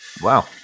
Wow